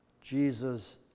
Jesus